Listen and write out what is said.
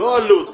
לא עלות.